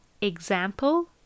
example